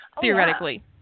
Theoretically